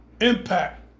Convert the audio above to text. impact